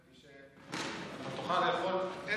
כי אם היא